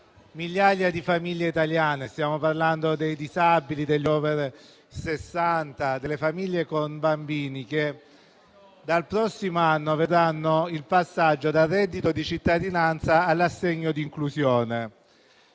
migliaia di famiglie italiane. Stiamo parlando dei disabili, degli *over* 60 e di famiglie con bambini che dal prossimo anno vedranno il passaggio dal reddito di cittadinanza all'assegno di inclusione,